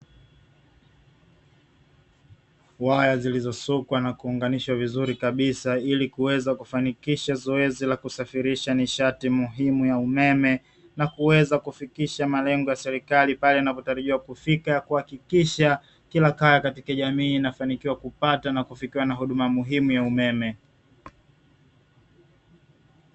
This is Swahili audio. Waya zilizosukwa na kuunganisha vizuri kabisa ili kuweza kufanikisha zoezi la kusafirisha nishati muhimu ya umeme, na kuweza kufikisha malengo ya serikali pale yanapotarajia kufika kuhakikisha kila kaya katika jamii inafanikiwa kupata na kufikiwa na huduma muhimu ya umeme.